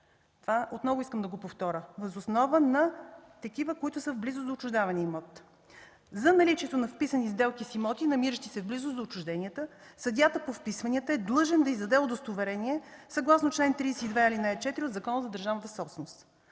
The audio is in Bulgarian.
Това отново искам да го повторя – въз основа на такива, които са в близост до отчуждавания имот. За наличието на вписани сделки с имоти, намиращи се в близост до отчужденията, съдията по вписванията е длъжен да издаде удостоверение, съгласно чл. 32, ал. 4 от Закона за държавната собственост.